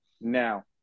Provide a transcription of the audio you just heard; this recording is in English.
Now